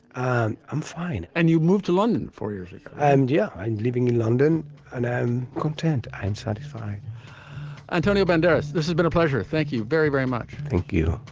i'm i'm fine. and you moved to london four years ago? i'm yeah. i'm living in london and i'm content. i'm satisfied antonio banderas, this has been a pleasure. thank you very, very much. thank you.